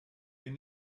bin